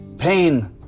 pain